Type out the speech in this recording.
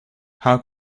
how